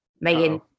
Megan